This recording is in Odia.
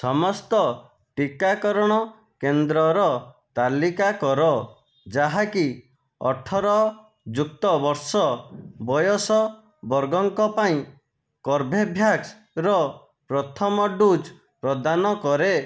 ସମସ୍ତ ଟିକାକରଣ କେନ୍ଦ୍ରର ତାଲିକା କର ଯାହାକି ଅଠର ଯୁକ୍ତ ବର୍ଷ ବୟସ ବର୍ଗଙ୍କ ପାଇଁ କର୍ବେଭ୍ୟାକ୍ସ ର ପ୍ରଥମ ଡୋଜ୍ ପ୍ରଦାନ କରେ